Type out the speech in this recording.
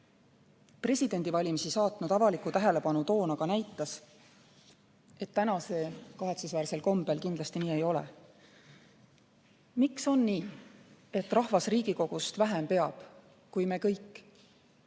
Presidendivalimisi saatnud avaliku tähelepanu toon aga näitas, et täna see kahetsusväärsel kombel kindlasti nii ei ole. Miks on nii, et rahvas Riigikogust vähem peab, kui me kõik